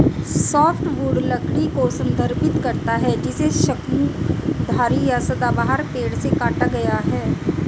softwood लकड़ी को संदर्भित करता है जिसे शंकुधारी या सदाबहार पेड़ से काटा गया है